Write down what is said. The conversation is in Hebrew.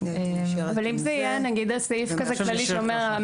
--- אבל אם זה יהיה סעיף כללי שאומר,